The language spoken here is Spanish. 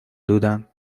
duda